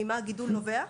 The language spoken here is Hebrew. ממה הגידול נובע?